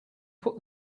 put